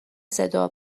صدا